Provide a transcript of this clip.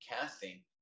casting